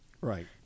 Right